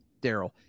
Daryl